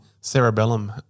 cerebellum